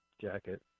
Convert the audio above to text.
jacket